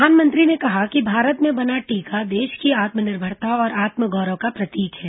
प्रधानमंत्री ने कहा कि भारत में बना टीका देश की आत्मनिर्भरता और आत्म गौरव का प्रतीक है